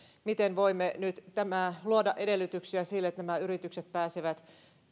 miten voimme nyt luoda edellytyksiä sille että nämä yritykset pääsevät